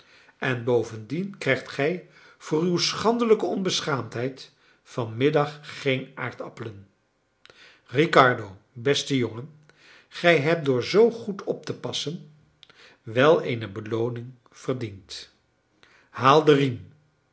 en bovendien krijgt gij voor uw schandelijke onbeschaamdheid vanmiddag geen aardappelen riccardo beste jongen gij hebt door zoo goed op te passen wel eene belooning verdiend haal